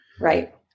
Right